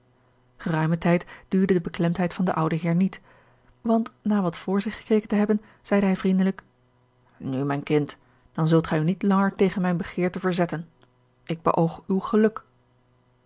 geruimen tijd duurde de beklemdheid van den ouden heer niet want na wat voor zich gekeken te hebben zeide hij vriendelijk nu mijn kind dan zult gij u niet langer tegen mijne begeerte verzetten ik beoog uw geluk